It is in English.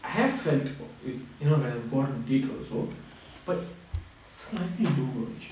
I have felt with you know when I'm gone date also but slightly lower